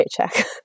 paycheck